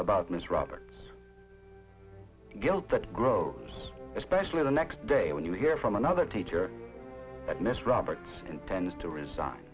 about miss rather guilt that grows especially the next day when you hear from another teacher that miss roberts intends to resign